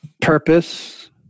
purpose